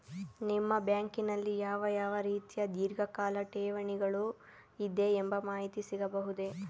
ನಿಮ್ಮ ಬ್ಯಾಂಕಿನಲ್ಲಿ ಯಾವ ಯಾವ ರೀತಿಯ ಧೀರ್ಘಕಾಲ ಠೇವಣಿಗಳು ಇದೆ ಎಂಬ ಮಾಹಿತಿ ಸಿಗಬಹುದೇ?